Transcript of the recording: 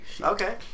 okay